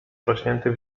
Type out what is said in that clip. wrośnięty